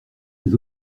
les